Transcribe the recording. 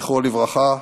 זכרו לברכה,